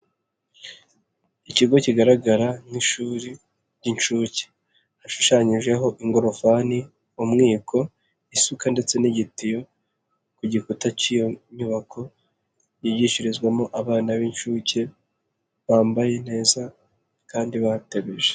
Ikigo kigaragara nk'i ishuri ry'incuke, hashushanyijeho ingorofani, umwiko, isuka, ndetse n'igitiyo ku gikuta cy'iyo nyubako yigishirizwamo abana b'incuke bambaye neza kandi batebeje.